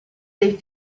dei